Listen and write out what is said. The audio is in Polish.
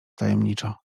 tajemniczo